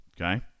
okay